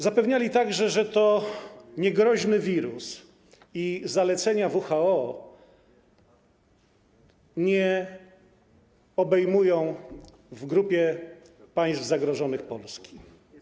Zapewniali także, że to niegroźny wirus i że zalecenia WHO nie obejmują w grupie państw zagrożonych Polski.